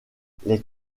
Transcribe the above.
les